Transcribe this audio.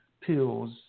pills